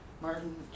Martin